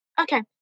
okay